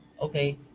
Okay